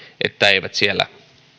että eivät siellä